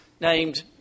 named